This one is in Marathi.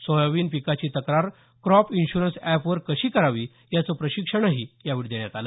सोयाबीन पिकाची तक्रार क्रॉप इन्शुरन्स ऍपवर कशी करावी याचं प्रशिक्षण यावेळी देण्यात आलं